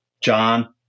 John